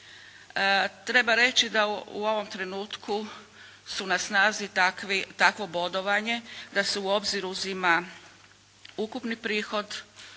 Treba reći da u ovom trenutku je na snazi takvo bodovanje da se u obzir uzima ukupni prihod,